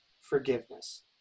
forgiveness